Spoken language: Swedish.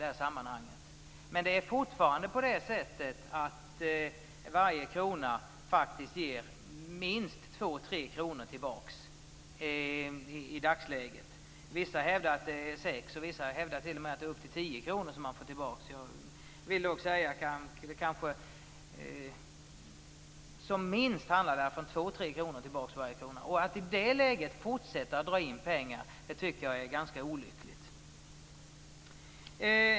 Men i dagsläget ger fortfarande varje krona tillbaka minst 2-3 kr. Vissa hävdar att man får tillbaka 6 kr eller t.o.m. upp till 10 kr. Som minst handlar det i varje fall om att få tillbaka 2 3 kr för varje krona. Att i det läget fortsätta att dra in medel tycker jag är ganska olyckligt.